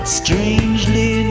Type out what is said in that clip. strangely